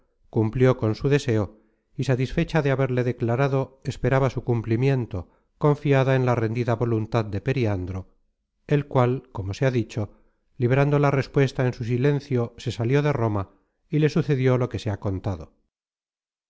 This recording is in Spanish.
cumplió con su deseo y satisfecha de haberle declarado esperaba su cumplimiento confiada en la rendida voluntad de periandro el cual como se ha dicho librando la respuesta en su silencio se salió de roma y le sucedió lo que se ha contado